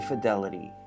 Fidelity